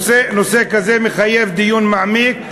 נושא כזה מחייב דיון מעמיק,